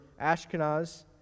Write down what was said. Ashkenaz